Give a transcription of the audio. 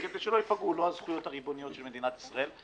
כדי שלא ייפגעו לא הזכויות הריבוניות של מדינת ישראל,